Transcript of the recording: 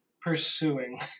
pursuing